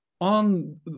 on